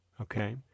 okay